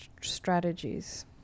strategies